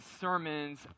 sermons